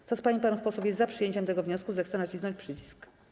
Kto z pań i panów posłów jest za przyjęciem tego wniosku, zechce nacisnąć przycisk.